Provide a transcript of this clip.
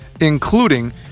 including